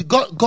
God